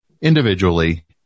individually